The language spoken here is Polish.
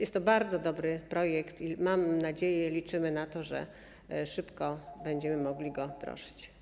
Jest to bardzo dobry projekt i mam nadzieję, liczymy na to, że szybko będziemy mogli go wdrożyć.